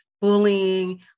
bullying